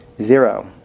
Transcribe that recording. Zero